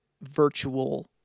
virtual